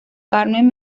carmen